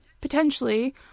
potentially